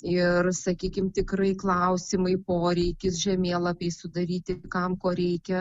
ir sakykim tikrai klausimai poreikis žemėlapiai sudaryti kam ko reikia